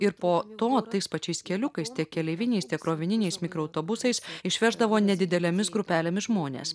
ir po to tais pačiais keliukais tiek keleiviniais tiek krovininiais mikroautobusais išveždavo nedidelėmis grupelėmis žmones